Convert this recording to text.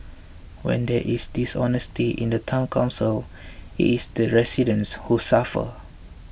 when there is dishonesty in the Town Council it is the residents who suffer